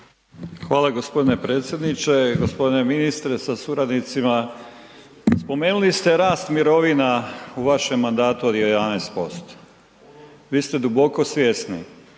Hvala g. predsjedniče. G. ministre sa suradnicima, spomenuli ste rast mirovina u vašem mandatu od 11%. Vi ste duboko svjesni